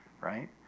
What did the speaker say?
right